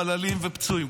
חללים ופצועים,